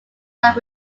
are